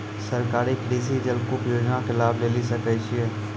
सरकारी कृषि जलकूप योजना के लाभ लेली सकै छिए?